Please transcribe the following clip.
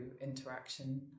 interaction